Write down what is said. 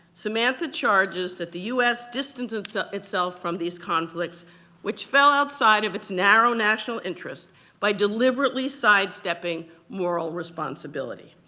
samantha charges that the us distanced itself from these conflicts which fell outside of its narrow national interest by deliberately sidestepping moral responsibility.